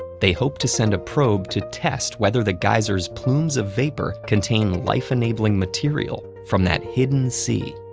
they hope to send a probe to test whether the geysers' plumes of vapor contain life-enabling material from that hidden sea.